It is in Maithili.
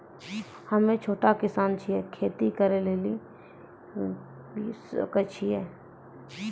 हम्मे छोटा किसान छियै, खेती करे लेली लोन लिये सकय छियै?